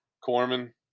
Corman